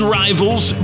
rivals